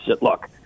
Look